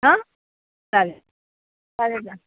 हां चालेल चालेल ना